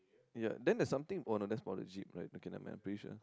ya then the something oh no that's for the jeep right okay nevermind I'm pretty sure